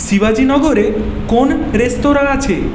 শিবাজি নগরে কোন রেস্তরাঁ আছে